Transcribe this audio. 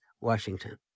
Washington